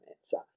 answer